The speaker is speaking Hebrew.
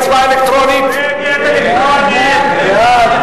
של קבוצת מוחמד ברכה, חד"ש.